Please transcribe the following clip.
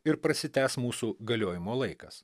ir prasitęs mūsų galiojimo laikas